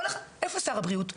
איפה שר הבריאות,